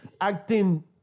acting